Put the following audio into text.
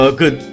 good